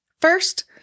First